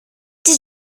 did